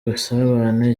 ubusabane